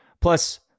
plus